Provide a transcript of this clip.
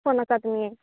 phone ᱟᱠᱟᱫ ᱢᱮᱭᱟᱹᱧ